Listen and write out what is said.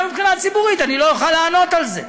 גם מבחינה ציבורית אני לא אוכל לענות על זה.